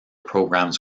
programs